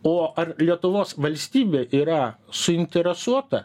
o ar lietuvos valstybė yra suinteresuota